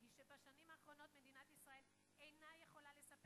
שבשנים האחרונות מדינת ישראל אינה יכולה לספק